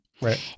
Right